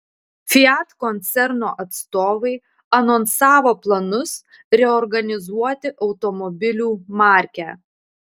fiat koncerno atstovai anonsavo planus reorganizuoti automobilių markę